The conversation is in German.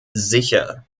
sicher